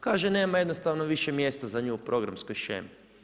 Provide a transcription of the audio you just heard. Kaže, nema jednostavno više mjesta za nju u programskoj shemi.